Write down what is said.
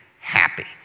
happy